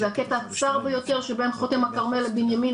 זה הקטע הצר ביותר שבין חוטם הכרמל לבנימינה,